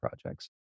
projects